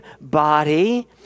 body